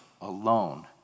alone